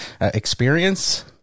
experience